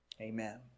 Amen